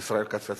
ורווחה.